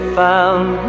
found